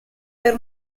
per